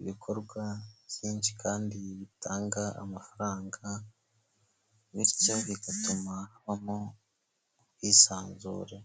ibikorwa byinshi kandi bitanga amafaranga bityo bigatuma habamo ubwisanzure.